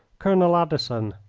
colonel addison,